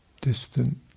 distant